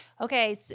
Okay